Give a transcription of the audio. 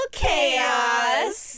chaos